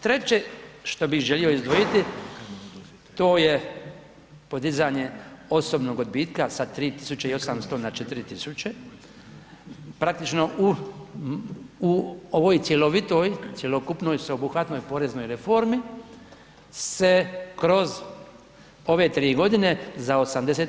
Treće što bih želio izdvojiti to je podizanje osobnog odbitka sa 3800 na 4000, praktično u ovoj cjelovitoj, cjelokupnoj, sveobuhvatnoj poreznoj reformi se kroz ove tri godine za 80%